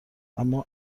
اما